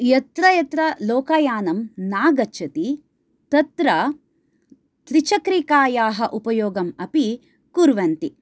यत्र यत्र लोकयानं न गच्छति तत्र त्रिचक्रिकायाः उपयोगम् अपि कुर्वन्ति